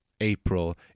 April